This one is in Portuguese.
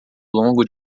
longo